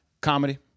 Comedy